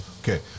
Okay